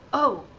oh.